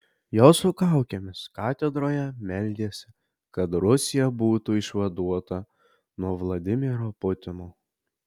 jos su kaukėmis katedroje meldėsi kad rusija būtų išvaduota nuo vladimiro putino